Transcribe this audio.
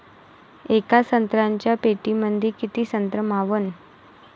येका संत्र्याच्या पेटीमंदी किती संत्र मावन?